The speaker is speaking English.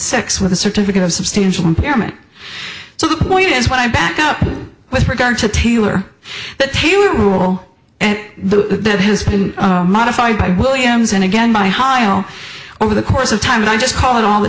six with a certificate of substantial impairment so the point is when i back up with regard to tailor the rule and the has been modified by williams and again by heigho over the course of time i'm just calling all the